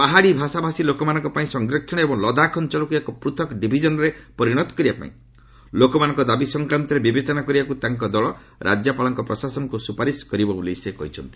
ପାହାଡି ଭାଷାଭାଷୀ ଲୋକମାନଙ୍କ ପାଇଁ ସଂରକ୍ଷଣ ଏବଂ ଲଦାଖ ଅଞ୍ଚଳକୁ ଏକ ପୃଥକ୍ ଡିଭିଜନରେ ପରିଣତ କରିବା ପାଇଁ ଲୋକମାନଙ୍କର ଦାବି ସଂକ୍ରାନ୍ତରେ ବିବେଚନା କରିବାକୁ ତାଙ୍କ ଦଳ ରାଜ୍ୟପାଳଙ୍କ ପ୍ରଶାସନକୁ ସ୍ୱପାରିଶ କରିବ ବୋଲି ସେ କହିଛନ୍ତି